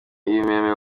ibimeme